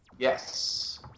Yes